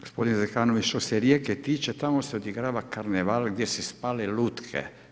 Gospodin Zekanović, što se Rijeke tiče, tamo se odigrava karneval gdje se spale lutke.